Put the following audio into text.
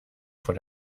vor